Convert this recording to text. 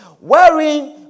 wherein